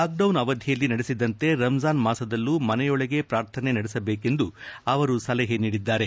lockdown ಅವಧಿಯಲ್ಲಿ ನಡೆಸಿದಂತೆ ರಂಜಾನ್ ಮಾಸದಲ್ಲೂ ಮನೆಯೊಳಗೇ ಪ್ರಾರ್ಥನೆ ನಡೆಸಬೇಕೆಂದು ಅವರುಸಲಹೆ ನೀಡಿದ್ದಾರೆ